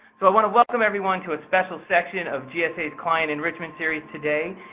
but want to welcome everyone to a special session of gsa's client enrichment series today,